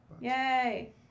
Yay